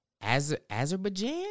Azerbaijan